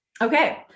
Okay